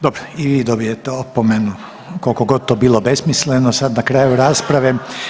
Dobro i vi dobijate opomenu kolikogod to bilo besmisleno sad na kraju rasprave.